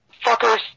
Fuckers